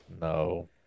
no